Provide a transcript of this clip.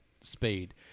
speed